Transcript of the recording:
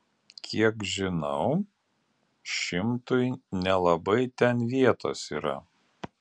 kiek žinau šimtui nelabai ten vietos yra